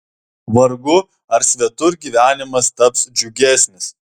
vargu ar svetur gyvenimas taps džiugesnis